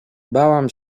bałam